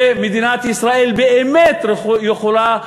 שמדינת ישראל באמת יכולה,